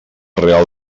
real